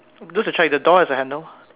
just to check the door is a handle